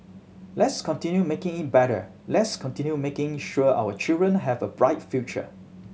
let's continue making better let's continue making sure our children have a bright future